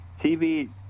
TV